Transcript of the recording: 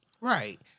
right